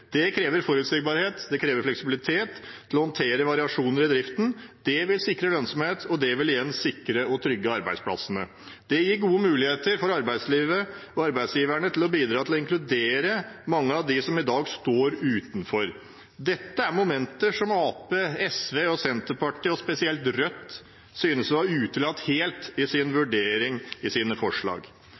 Det krever forutsigbarhet, og det krever fleksibilitet til å håndtere variasjoner i driften. Det vil sikre lønnsomheten, og det vil igjen sikre og trygge arbeidsplassene. Det gir gode muligheter for arbeidsgiverne til å bidra til å inkludere mange av dem som i dag står utenfor. Dette er momenter som Arbeiderpartiet, SV, Senterpartiet og spesielt Rødt synes å ha utelatt helt i sin vurdering i sine forslag.